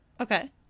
Okay